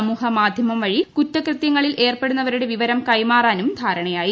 സമൂഹ മാധ്യമം വഴി കുറ്റകൃതൃങ്ങളിൽ ഏർപ്പെടുന്നവരുടെ വിവരം കൈമാറാനും ധാരണയായി